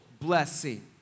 blessing